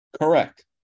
Correct